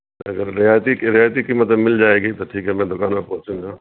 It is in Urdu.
اگر ریائتی ریائتی کیمت میں مل جائے گی تو ٹھیک ہے میں دکان میں پہنچوں گا